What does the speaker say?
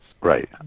Right